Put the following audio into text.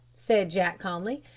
said jack calmly,